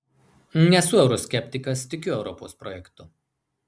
nesu euroskeptikas tikiu europos projektu